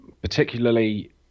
particularly